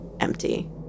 Empty